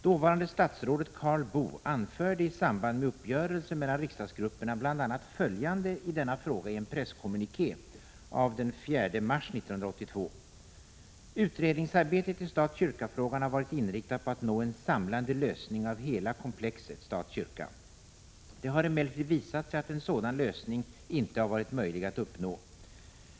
Dåvarande statsrådet Karl Boo anförde i samband med uppgörelsen mellan riksdagsgrupperna bl.a. följande i denna fråga i en presskommuniké den 4 mars 1982: ”Utredningsarbetet i stat-kyrka-frågan har varit inriktat på att nå en samlande lösning av hela komplexet stat-kyrka. Det har emellertid visat sig att en sådan lösning inte har varit möjlig att uppnå.